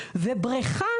ובריכה